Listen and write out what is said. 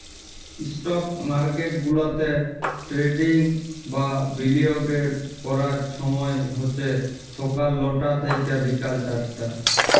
stock market গুলাতে trading বা বিলিয়গের ক্যরার ছময় হছে ছকাল লটা থ্যাইকে বিকাল চারটা